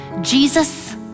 Jesus